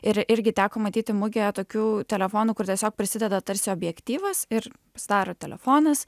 ir irgi teko matyti mugėje tokių telefonų kur tiesiog prisideda tarsi objektyvas ir pasidaro telefonas